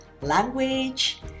language